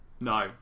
no